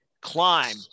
climb